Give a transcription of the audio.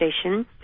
station